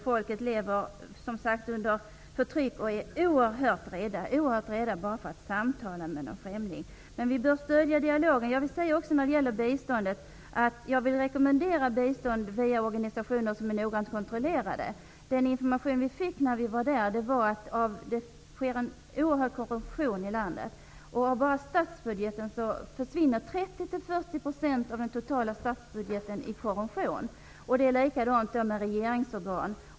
Folket lever under förtryck, och människor är oerhört rädda enbart för att samtala med en främling. Men vi bör stödja dialogen. När det gäller biståndet vill jag också säga att jag rekommenderar bistånd via organisationer som är noga kontrollerade. Den information vi fick när vi var där var att det är en oerhörd korruption i landet. 30--40 % av den totala statsbudgeten försvinner genom korruption. Det är likadant med regeringsorgan.